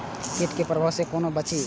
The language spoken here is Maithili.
कीट के प्रभाव से कोना बचीं?